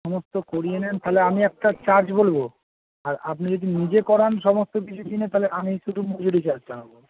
সমস্ত করিয়ে নেন তাহলে আমি একটা চার্জ বলবো আর আপনি যদি নিজে করান সমস্ত কিছু কিনে তাহলে আমি শুধু মজুরি চার্জটা নেব